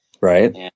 Right